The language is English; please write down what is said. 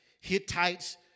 Hittites